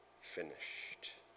finished